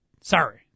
Sorry